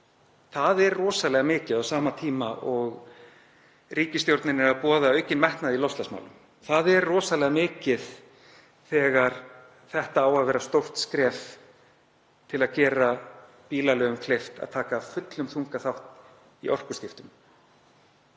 Það er rosalega mikið á sama tíma og ríkisstjórnin er að boða aukinn metnað í loftslagsmálum. Það er rosalega mikið þegar þetta á að vera stórt skref til að gera bílaleigum kleift að taka af fullum þunga þátt í orkuskiptum.